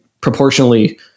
proportionally